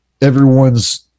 everyone's